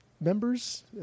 Members